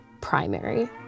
primary